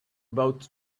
about